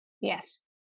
Yes